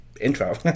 Intro